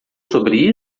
sobre